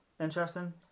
Interesting